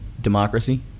Democracy